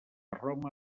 roma